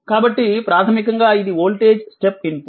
కాబట్టి ప్రాథమికంగా ఇది వోల్టేజ్ స్టెప్ ఇన్పుట్